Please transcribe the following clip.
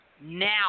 now